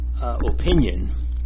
opinion